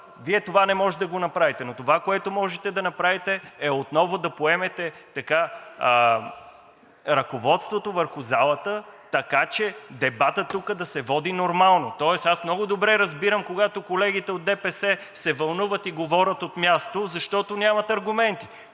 Вие това не може да направите, но това, което може да направите, е отново да поемете ръководството върху залата, така че дебатът тук да се води нормално. Тоест много добре разбирам, когато колегите от ДПС се вълнуват и говорят от място, защото нямат аргументи.